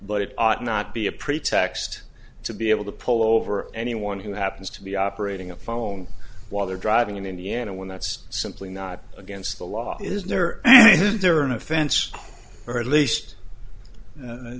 it ought not be a pretext to be able to pull over anyone who happens to be operating a phone while they're driving in indiana when that's simply not against the law is there there an offense or at least